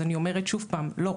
אז אני אומרת שוב, לא.